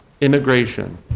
immigration